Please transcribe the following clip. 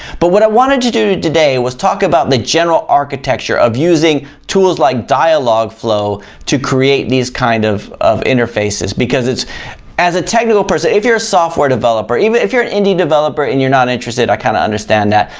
but what i wanted to do today was talk about the general architecture of using tools like dialogflow to create these kinds kind of of interfaces because it's as a technical person if you're a software developer, even if you're an indie developer and you're not interested, i kind of understand that.